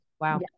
wow